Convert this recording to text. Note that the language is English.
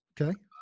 Okay